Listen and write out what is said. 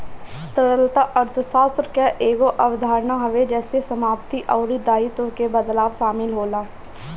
तरलता अर्थशास्त्र कअ एगो अवधारणा हवे जेसे समाप्ति अउरी दायित्व के बदलाव शामिल होला